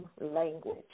language